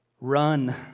Run